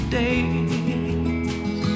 days